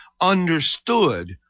understood